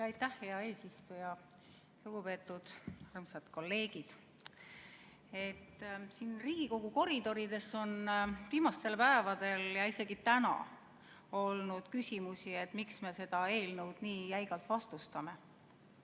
Aitäh, hea eesistuja! Lugupeetud armsad kolleegid! Siin Riigikogu koridorides on viimastel päevadel ja isegi täna olnud küsimusi, miks me seda eelnõu nii jäigalt vastustame.